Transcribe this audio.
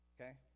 Okay